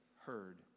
heard